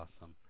awesome